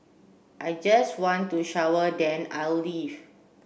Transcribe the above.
I just want to shower then I'll leave